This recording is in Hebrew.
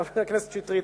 חבר הכנסת שטרית,